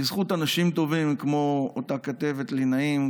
בזכות אנשים טובים כמו אותה כתבת לי נעים,